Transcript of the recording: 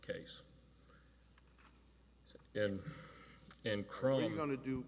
case and and current going to do